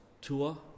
tour